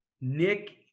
Nick